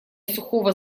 сухого